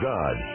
God